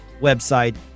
website